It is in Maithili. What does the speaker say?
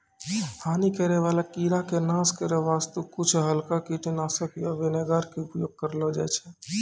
हानि करै वाला कीड़ा के नाश करै वास्तॅ कुछ हल्का कीटनाशक या विनेगर के उपयोग करलो जाय छै